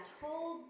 told